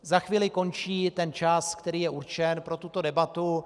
Za chvíli končí čas, který je určen pro tuto debatu.